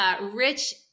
rich